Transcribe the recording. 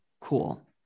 Cool